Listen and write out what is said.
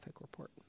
report